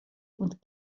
und